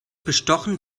bestochen